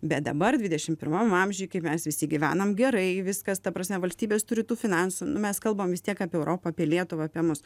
bet dabar dvidešim pirmam amžiuj kai mes visi gyvenam gerai viskas ta prasme valstybės turi tų finansų nu mes kalbam vis tiek apie europą apie lietuvą apie mus